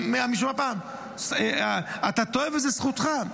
אתה טועה, וזו זכותך.